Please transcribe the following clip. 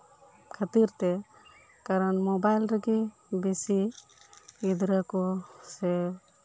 ᱠᱷᱟᱹᱛᱤᱨ ᱛᱮ ᱠᱟᱨᱚᱱ ᱢᱳᱵᱟᱭᱤᱞ ᱨᱮᱜᱮ ᱵᱮᱥᱤ ᱜᱤᱫᱽᱨᱟᱹ ᱠᱚ ᱥᱮ